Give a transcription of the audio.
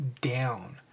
down